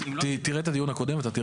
תראה את הדיון הקודם ותראה